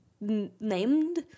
named